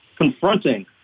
confronting